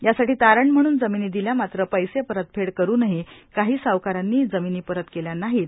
यासाठी तारण म्हणून जमिनी दिल्या मात्र पैसे परतफेड करूनही काही सावकाराने जमिनी परत केल्या नाहीत